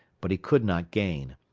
but he could not gain.